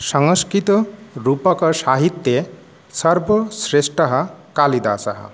संस्कृतरूपकसाहित्ये सर्वश्रेष्ठः कालिदासः